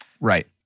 Right